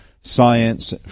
science